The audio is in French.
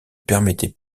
permettait